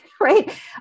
right